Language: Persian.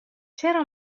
چرا